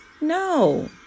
No